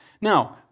Now